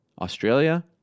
Australia